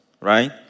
right